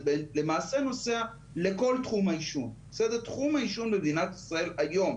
זה למעשה נוגע בכל תחום העישון במדינת ישראל היום,